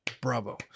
Bravo